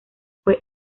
fue